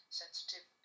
sensitive